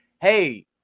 hey